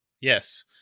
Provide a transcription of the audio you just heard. yes